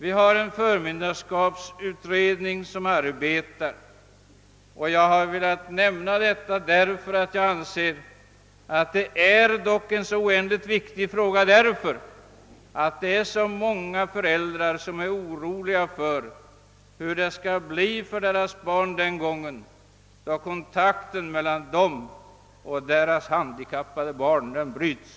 Det pågår en utredning om förmyndarskap, men jag har velat framföra mina synpunkter därför att jag anser att frågan är så oändligt väsentlig för många föräldrar. De är oroliga för hur det skall gå för deras handikappade barn när kontakten dem emellan bryts.